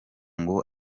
ngo